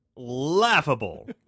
laughable